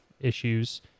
issues